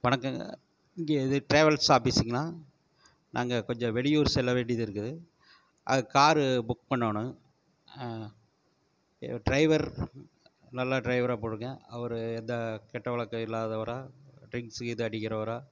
வணக்கங்க இங்கே இது ட்ராவல்ஸ் ஆபிஸுங்களா நாங்கள் கொஞ்சம் வெளியூர் செல்ல வேண்டியது இருக்குது அதுக்கு காரு புக் பண்ணணும் ட்ரைவர் நல்ல ட்ரைவராக போடுங்கள் அவர் எந்த கெட்ட பழக்கம் இல்லாதவரா ட்ரிங்க்ஸ் எதுவும் அடிக்கிறவரா